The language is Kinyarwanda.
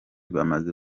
bamaze